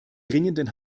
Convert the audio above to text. dringenden